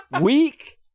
week